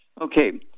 Okay